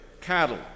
cattle